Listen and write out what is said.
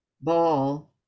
ball